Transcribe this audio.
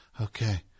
Okay